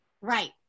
Right